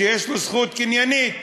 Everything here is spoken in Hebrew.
שיש לו זכות קניינית,